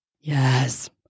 Yes